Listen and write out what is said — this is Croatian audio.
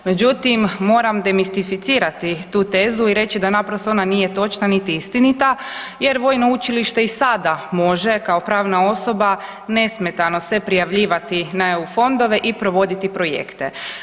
Međutim, moram demistificirati tu tezu i reći da naprosto ona nije točna ni istinita, jer Vojno učilište i sada može kao pravna osoba nesmetano se prijavljivati na EU fondove i provoditi projekte.